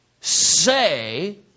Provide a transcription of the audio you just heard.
say